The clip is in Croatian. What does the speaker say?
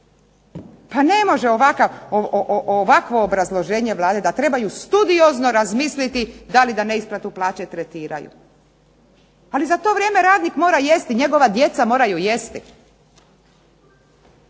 Pa ne može ovakvo obrazloženje Vlade da trebaju studiozno razmisliti da li da neisplatu plaće tretiraju. Ali za to vrijeme radnik mora jesti, njegova djeca moraju jesti.